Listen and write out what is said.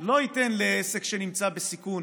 לא ייתן לעסק שנמצא בסיכון,